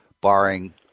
barring –